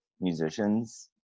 musicians